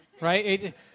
right